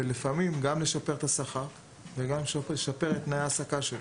ולפעמים גם לשפר את השכר ותנאי ההעסקה.